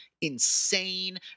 insane